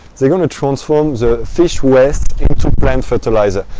they're going to transform the fish waste into plant fertilizer.